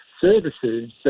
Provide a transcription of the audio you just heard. services